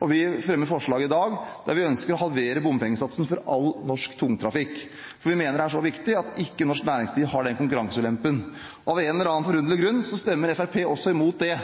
bompengeinnkreving. Vi fremmer forslag i dag der vi ønsker å halvere bompengesatsene for all norsk tungtrafikk. Vi mener det er så viktig at norsk næringsliv ikke har den konkurranseulempen. Av en eller annen forunderlig grunn stemmer Fremskrittspartiet imot det.